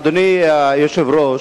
אדוני היושב-ראש,